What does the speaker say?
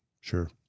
Sure